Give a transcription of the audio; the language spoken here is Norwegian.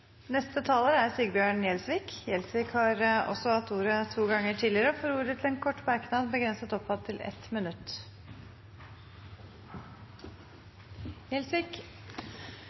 Sigbjørn Gjelsvik har hatt ordet to ganger tidligere og får ordet til en kort merknad, begrenset til 1 minutt.